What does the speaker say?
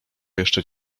jeszcze